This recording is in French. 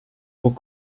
pot